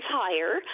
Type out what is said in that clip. higher